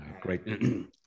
great